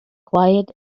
quiet